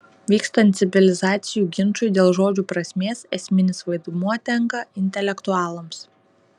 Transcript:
vykstant civilizacijų ginčui dėl žodžių prasmės esminis vaidmuo tenka intelektualams